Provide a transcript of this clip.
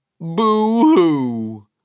Boo-hoo